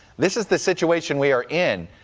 this is the situation we are in.